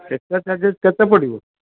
extra charges କେତେ ପଡ଼ିବ